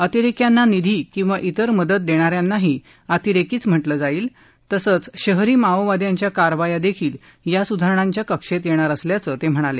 अतिरेक्यांना निधी किंवा तिर मदत देणा यांनाही अतिरेकीच म्हटलं जाईल तसंच शहरी माओवाद्यांच्या कारवाया देखील या सुधारणांच्या कक्षेत येणार असल्याचं ते म्हणाले